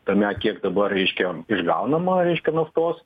tame kiek dabar reiškia išgaunama reiškia naftos